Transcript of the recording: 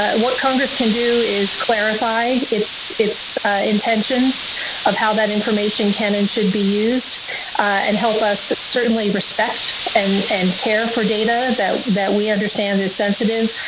what congress can do is clarify its its intentions of how that information can and should be used and help us certainly respect and and care for data that that we understand is sensitive,